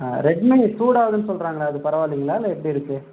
ஆ Redmi சூடாகுதுன்னு சொல்கிறாங்களே அது பரவாயில்லங்களா இல்லை எப்படி இருக்குது